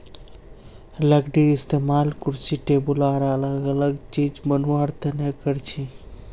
लकडीर इस्तेमाल कुर्सी टेबुल आर अलग अलग चिज बनावा तने करछी